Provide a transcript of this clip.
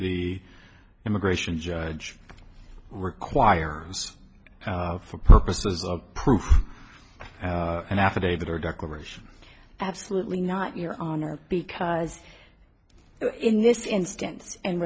the immigration judge requires for purposes of proof an affidavit or declaration absolutely not your honor because in this instance and